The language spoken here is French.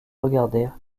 regardèrent